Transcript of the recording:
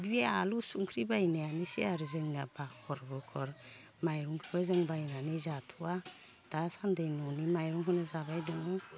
बे आलु संख्रि बायनायानोसै आरो जोंनिया बाखर बुखर माइरंखो जों बायनानै जाथ'वा दासान्दै न'नि माइरंखोनो जाबाय दङो